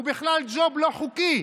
הוא בכלל ג'וב לא חוקי.